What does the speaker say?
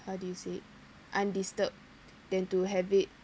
how do you say it undisturbed than to have it